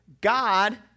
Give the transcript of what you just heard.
God